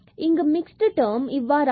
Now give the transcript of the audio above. இங்கு mixed term hk இவ்வாறாக உள்ளது